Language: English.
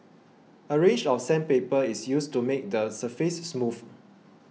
a range of sandpaper is used to make the surface smooth